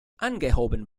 angehoben